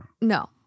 No